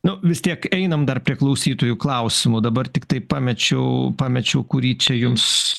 nu vis tiek einam dar prie klausytojų klausimo dabar tiktai pamečiau pamečiau kurį čia jums